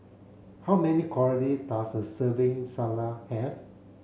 how many calorie does a serving Salsa have